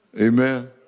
Amen